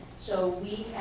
so we